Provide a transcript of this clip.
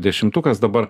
dešimtukas dabar